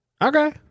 Okay